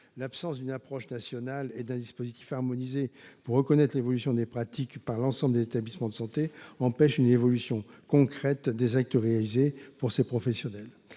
l’absence d’une approche nationale et d’un dispositif harmonisé pour reconnaître l’évolution des pratiques par l’ensemble des établissements de santé empêche une évolution concrète des actes réalisés par les MEM.